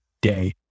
day